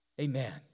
Amen